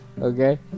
okay